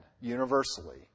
universally